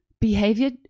behavior